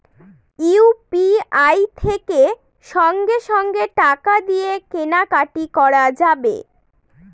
UPI থেকে সঙ্গে সঙ্গে টাকা দিয়ে কেনা কাটি করা যাবে